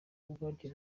ubwaryo